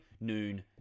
noon